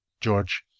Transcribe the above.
George